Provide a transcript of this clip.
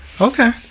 okay